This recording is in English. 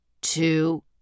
Two